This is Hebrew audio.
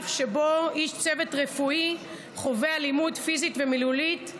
שבו איש צוות רפואי חווה אלימות פיזית ומילולית,